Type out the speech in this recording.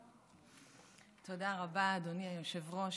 תודה רבה, אדוני היושב-ראש.